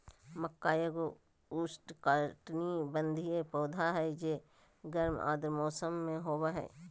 मक्का एगो उष्णकटिबंधीय पौधा हइ जे गर्म आर्द्र मौसम में होबा हइ